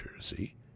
Jersey